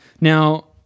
Now